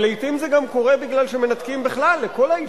אבל לעתים זה גם קורה משום שמנתקים בכלל לכל היישוב,